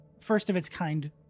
first-of-its-kind